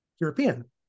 European